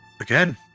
Again